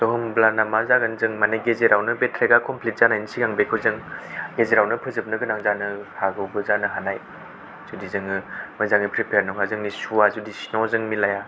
स' होमब्लाना मा जागोन जों माने गेजेरावनो बे ट्रेकआ कमप्लिट जानायनि सिगां बेखौ जों गेजेरावनो फोजोबनो गोनां जानो हागौबो जानो हानाय जुदि जोंयो मोजाङै प्रिपेयर नङा जोंनि सु'आ जुदि स्न'जों मिलाया